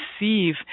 receive